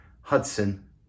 Hudson